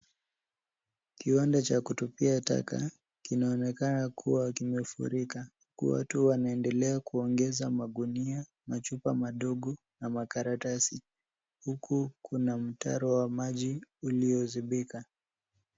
Kiwanda cha kutupia taka kinaonekana kuwa kimefurika huku watu wanaendelea kuwaongeza magunia na machupa madogo na makaratasi huku kuna mtaro wa maji uliozimbika.